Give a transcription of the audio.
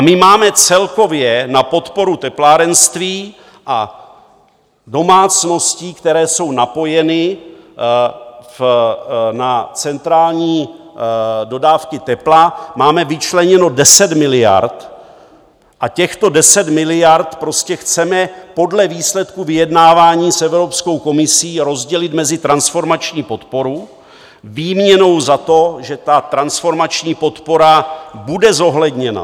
Máme celkově na podporu teplárenství a domácností, které jsou napojeny na centrální dodávky tepla, vyčleněno 10 miliard a těchto 10 miliard chceme podle výsledků vyjednávání s Evropskou komisí rozdělit mezi transformační podporu výměnou za to, že ta transformační podpora bude zohledněna.